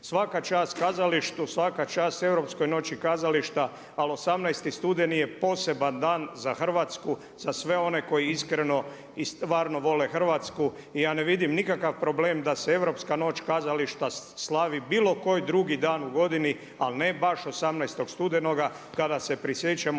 Svaka čast kazalištu, svaka čast Europskoj noći kazališta ali 18. studeni je poseban dan za Hrvatsku, za sve one koji iskreno i stvarno vole Hrvatsku. I ja ne vidim nikakav problem da se Europska noć kazališta slavi bilo koji drugi dan u godini ali ne baš 18. studenoga kada se prisjećamo